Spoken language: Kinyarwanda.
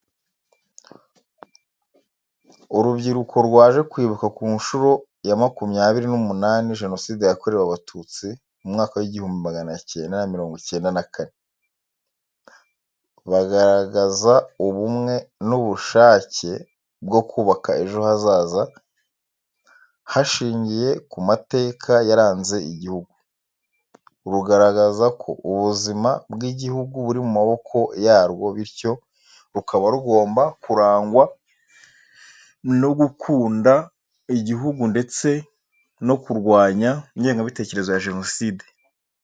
Urubyiruko rwaje kwibuka ku nshuro ya makumyabiri n'umunani Jenoside yakorewe Abatutsi mu mwaka w'igihumbi magana cyenda mirongo icyenda na kane. Bagaragaza ubumwe n’ubushake bwo kubaka ejo hazaza hashingiye ku mateka yaranze igihugu. Rugaragaza ko ubuzima bw’igihugu buri mu maboko yarwo, bityo rukaba rugomba kurangwa no gukunda igihugu ndetse no kurwanya ingengabitekerezo ya Jenoside.